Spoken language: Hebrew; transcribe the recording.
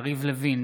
יריב לוין,